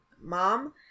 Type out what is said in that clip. mom